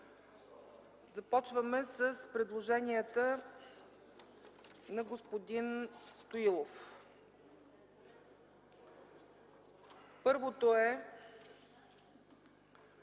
Започваме с предложенията на господин Стоилов. Той